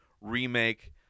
remake